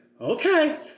okay